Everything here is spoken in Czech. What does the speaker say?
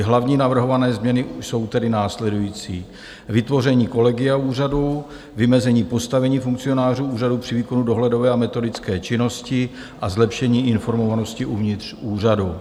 Hlavní navrhované změny jsou tedy následující: vytvoření kolegia úřadu, vymezení postavení funkcionářů úřadu při výkonu dohledové a metodické činnosti a zlepšení informovanosti uvnitř úřadu.